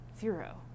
zero